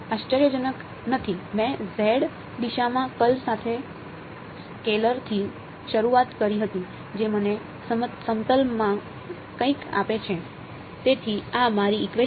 આશ્ચર્યજનક નથી મેં દિશામાં કર્લ સાથે સ્કેલર થી શરૂઆત કરી હતી જે મને સમતલમાં કંઈક આપે છે તેથી આ મારું ઇકવેશન છે